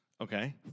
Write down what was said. Okay